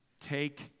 take